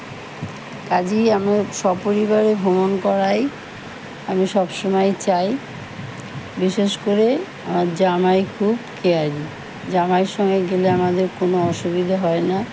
কাজেই আমরা সপরিবারে ভ্রমণ করাই আমি সব সময় চাই বিশেষ করে আমার জামাই খুব কেয়ারিং জামাইয়ের সঙ্গে গেলে আমাদের কোনো অসুবিধে হয় না